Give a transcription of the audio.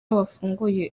wafunguye